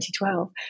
2012